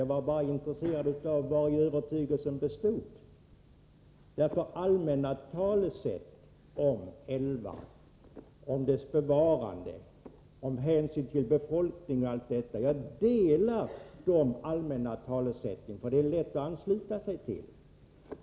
Jag var bara intresserad av att få veta vari övertygelsen bestod. Jag kan instämma i de allmänna talesätten om bevarande av älvar och hänsyn till befolkningen; dem är det lätt att ansluta sig till.